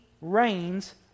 reigns